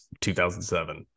2007